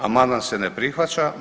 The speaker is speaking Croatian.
Amandman se ne prihvaća.